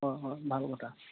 হয় হয় ভাল কথা